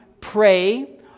pray